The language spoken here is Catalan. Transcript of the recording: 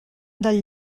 del